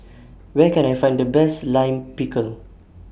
Where Can I Find The Best Lime Pickle